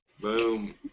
Boom